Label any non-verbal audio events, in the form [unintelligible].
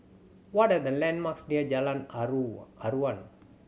what are the landmarks near Jalan [unintelligible] Aruan